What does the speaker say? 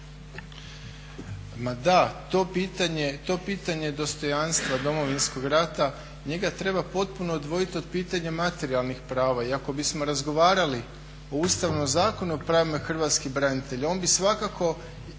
To pitanje dostojanstva Domovinskog rata njega treba potpuno odvojit od pitanja materijalnih prava i ako bismo razgovarali o Ustavnom zakonu o pravima hrvatskih branitelja on bi svakako,